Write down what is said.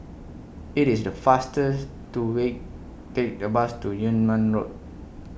IT IS The faster to Way Take The Bus to Yunnan Road